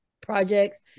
projects